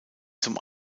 zum